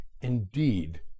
indeed